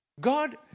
God